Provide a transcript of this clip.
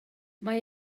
mae